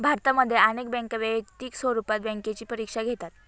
भारतामध्ये अनेक बँका वैयक्तिक स्वरूपात बँकेची परीक्षा घेतात